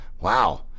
wow